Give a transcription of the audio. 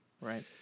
right